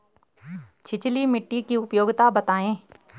छिछली मिट्टी की उपयोगिता बतायें?